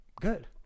good